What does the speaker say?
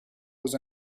was